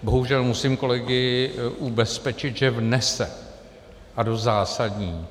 Bohužel musím kolegy ubezpečit, že vnese, a dost zásadní.